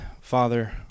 Father